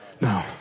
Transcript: No